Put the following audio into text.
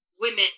Women